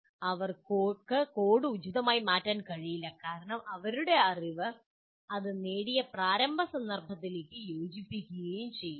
അവർക്ക് കോഡ് ഉചിതമായി മാറ്റാൻ കഴിയില്ല കാരണം അവരുടെ അറിവ് അത് നേടിയ പ്രാരംഭ സന്ദർഭത്തിലേക്ക് യോജിപ്പിക്കുകയും ചെയ്യുന്നു